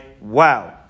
Wow